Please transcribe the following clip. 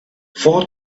four